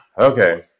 Okay